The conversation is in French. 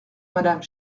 madame